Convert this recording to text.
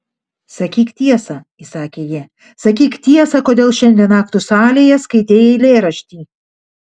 sakyk tiesą įsakė ji sakyk tiesą kodėl šiandien aktų salėje skaitei eilėraštį